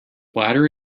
bladder